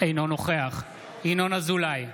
אינו נוכח ינון אזולאי,